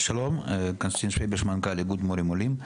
שלום, קונסטנטין שוויביש מנכ"ל איגוד מורים עולים.